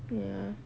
ya